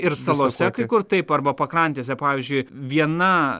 ir salose kai kur taip arba pakrantėse pavyzdžiui viena